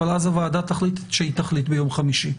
אבל אז הוועדה תחליט את שהיא תחליט ביום חמישי.